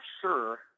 sure